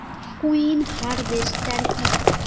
Combine harvester কি?